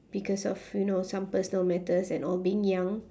because of you know some personal matters and all being young